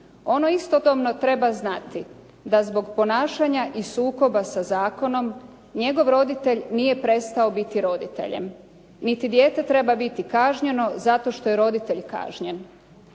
Ono istodobno treba znati da zbog ponašanja i sukoba sa zakonom njegov roditelj nije prestao biti roditeljem, niti dijete treba biti kažnjeno zato što je roditelj kažnjen.